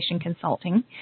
consulting